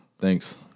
thanks